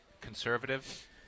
conservative